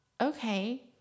okay